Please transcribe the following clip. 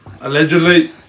allegedly